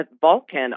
Vulcan